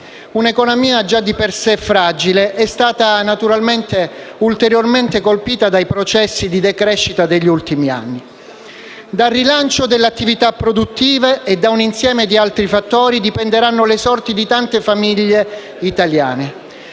Un'economia già di per sé fragile è stata ulteriormente colpita dai processi di decrescita degli ultimi anni. Dal rilancio delle attività produttive e da un insieme di altri fattori dipenderanno le sorti di tante famiglie italiane.